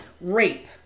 rape